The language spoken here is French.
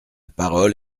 parole